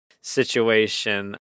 situation